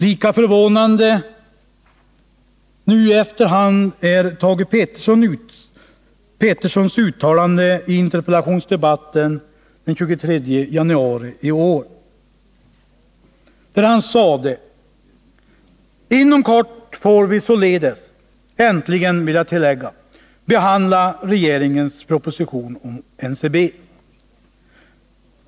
Lika förvånande, nu i efterhand, är Thage Petersons uttalande i interpellationsdebatten den 23 januari i år, då han sade: ”Inom kort får vi således — äntligen, vill jag tillägga — behandla regeringens proposition om NCB.